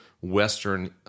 Western